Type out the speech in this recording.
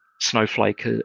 Snowflake